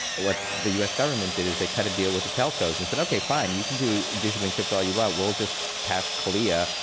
what the us government did is they cut a deal with the telcos and said okay fine, you can do digital encrypt all you want. we'll just pass calea,